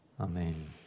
Amen